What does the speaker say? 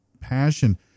passion